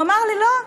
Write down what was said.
הוא אמר לי: לא.